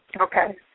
Okay